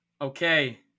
Okay